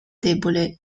debole